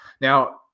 Now